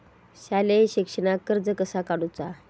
शालेय शिक्षणाक कर्ज कसा काढूचा?